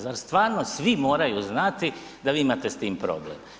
Zar stvarno svi moraju znati da vi imate s tim problem?